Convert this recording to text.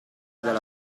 dalla